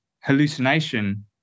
hallucination